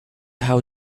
how